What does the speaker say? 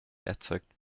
erzeugt